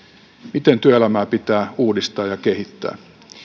miten työelämää pitää uudistaa ja kehittää